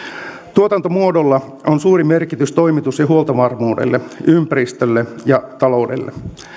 tuotantomuodolla on suuri merkitys toimitus ja huoltovarmuudelle ympäristölle ja taloudelle